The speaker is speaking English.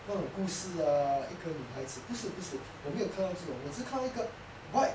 那种故事 ah 一个女孩子不是不是我没有看到这种我只是看到一个 white